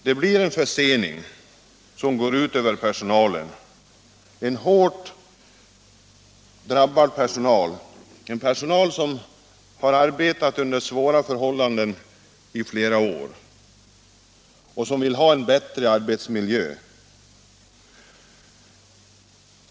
Det blir en försening som går ut över personalen — en hårt drabbad personal — som har arbetat under svåra förhållanden i flera år och som vill ha en bättre arbetsmiljö.